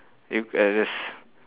if at least